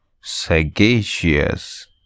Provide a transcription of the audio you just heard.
sagacious